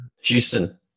Houston